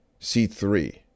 C3